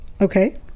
Okay